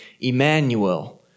Emmanuel